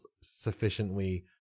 sufficiently